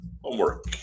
homework